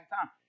time